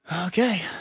Okay